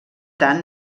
tant